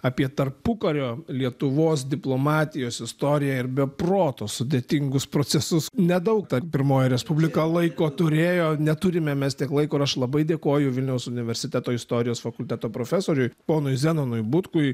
apie tarpukario lietuvos diplomatijos istoriją ir be proto sudėtingus procesus nedaug ta pirmoji respublika laiko turėjo neturime mes tiek laiko ir aš labai dėkoju vilniaus universiteto istorijos fakulteto profesoriui ponui zenonui butkui